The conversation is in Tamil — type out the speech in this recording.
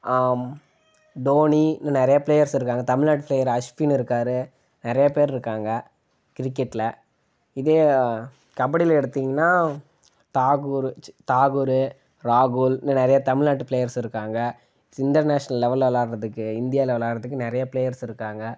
டோனி இன்னும் நிறைய ப்ளேயர்ஸ் இருக்காங்க தமிழ்நாட்டு ப்ளேயர் அஷ்வின் இருக்கார் நிறைய பேர் இருக்காங்க கிரிக்கெட்டில் இதே கபடியில் எடுத்திங்கனால் தாகூர் தாகூரு ராகுல் இன்னும் நிறைய தமிழ்நாட்டு ப்ளேயர்ஸ் இருக்காங்க இன்டெர்நேஷனல் லெவலில் விளையாடுறதுக்கு இந்தியாவில் விளையாடுறதுக்கு நிறைய ப்ளேயர்ஸ் இருக்காங்க